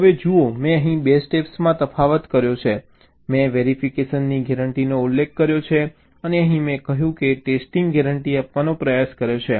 હવે જુઓ મેં અહીં બે સ્ટેપમાં તફાવત કર્યો છે મેં વેરિફિકેશનની ગેરંટીનો ઉલ્લેખ કર્યો છે અને અહીં મેં કહ્યું કે ટેસ્ટિંગ ગેરંટી આપવાનો પ્રયાસ કરે છે